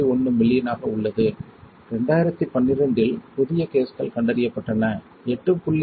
1 மில்லியனாக உள்ளது 2012 இல் புதிய கேஸ்கள் கண்டறியப்பட்டன 8